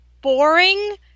boring